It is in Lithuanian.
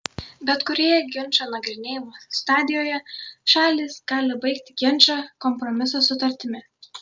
bet kurioje ginčo nagrinėjimo stadijoje šalys gali baigti ginčą kompromiso sutartimi